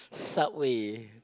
subway